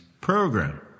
Program